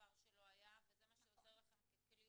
דבר שלא היה, וזה מה שעוזר לכם ככלי